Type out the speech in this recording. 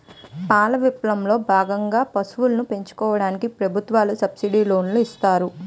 పాల విప్లవం లో భాగంగా పశువులను పెంచుకోవడానికి ప్రభుత్వాలు సబ్సిడీ లోనులు ఇస్తున్నారు